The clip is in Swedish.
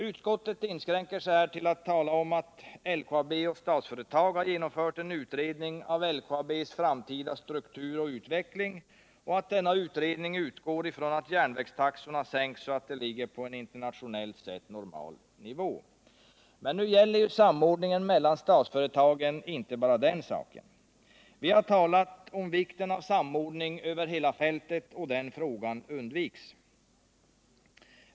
Utskottet inskränker sig här till att tala om att LKAB och Statsföretag har genomfört en utredning av LKAB:s framtida struktur och utveckling och att denna utredning utgår från att järnvägstaxorna sänks så mycket att de ligger på en internationellt sett normal nivå. Men nu gäller ju samordningen mellan statsföretagen inte bara den saken. Vi har talat om vikten av samordning över hela fältet, men den frågan undviks.